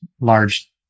large